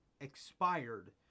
expired